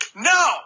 no